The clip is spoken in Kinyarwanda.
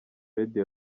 radio